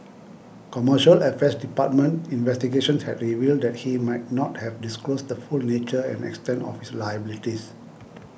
Commercial Affairs Department investigations had revealed that he might not have disclosed the full nature and extent of his liabilities